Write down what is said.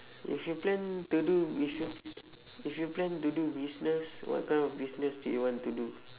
if you plan to do if you if you plan to do business what kind of business do you want to do